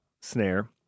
snare